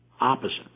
opposite